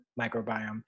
microbiome